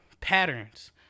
patterns